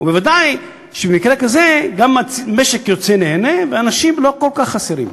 ובוודאי שבמקרה כזה גם המשק יוצא נהנה ואנשים לא כל כך חסרים.